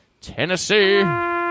Tennessee